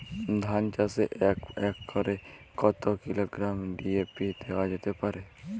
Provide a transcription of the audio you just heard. ধান চাষে এক একরে কত কিলোগ্রাম ডি.এ.পি দেওয়া যেতে পারে?